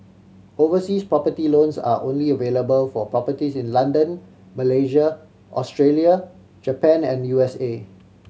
overseas property loans are only available for properties in London Malaysia Australia Japan and U S A